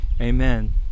Amen